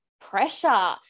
pressure